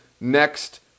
next